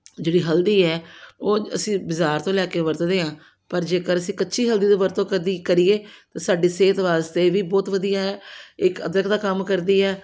ਜਿਹੜੀ ਹਲਦੀ ਹੈ ਉਹ ਅਸੀਂ ਬਾਜ਼ਾਰ ਤੋਂ ਲੈ ਕੇ ਵਰਤਦੇ ਹਾਂ ਪਰ ਜੇਕਰ ਅਸੀਂ ਕੱਚੀ ਹਲਦੀ ਦੀ ਵਰਤੋਂ ਕਦੀ ਕਰੀਏ ਤਾਂ ਸਾਡੀ ਸਿਹਤ ਵਾਸਤੇ ਵੀ ਬਹੁਤ ਵਧੀਆ ਹੈ ਇੱਕ ਅਦਰਕ ਦਾ ਕੰਮ ਕਰਦੀ ਹੈ